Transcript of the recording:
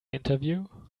interview